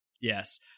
Yes